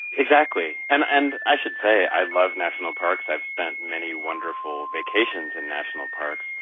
exactly, and and i should say i love national parks, i've spent many wonderful vacations in national parks,